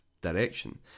direction